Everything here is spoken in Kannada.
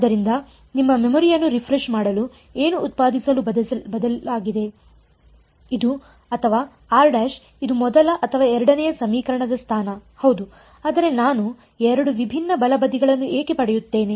ಆದ್ದರಿಂದ ನಿಮ್ಮ ಮೆಮೊರಿಯನ್ನು ರಿಫ್ರೆಶ್ ಮಾಡಲು ಏನು ಉತ್ಪಾದಿಸಲು ಬದಲಾಗಿದೆ ಇದು ಅಥವಾ ಇದು ಮೊದಲ ಅಥವಾ ಎರಡನೆಯ ಸಮೀಕರಣದ ಸ್ಥಾನ ಹೌದು ಆದರೆ ನಾನು ಎರಡು ವಿಭಿನ್ನ ಬಲ ಬದಿಗಳನ್ನು ಏಕೆ ಪಡೆಯುತ್ತೇನೆ